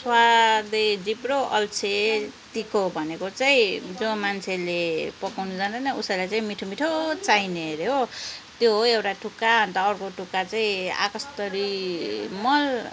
स्वादे जिब्रो अल्छे तिघ्रो भनेको चाहिँ जो मान्छेले पकाउन जान्दैन उसैलाई चाहिँ मिठो मिठो चाहिने अरे हो त्यो हो एउटा टुक्का अन्त अर्को टुक्का चाहिँ आकाश तरी मर